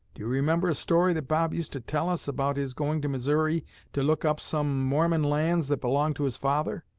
do you remember a story that bob used to tell us about his going to missouri to look up some mormon lands that belonged to his father?